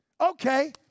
Okay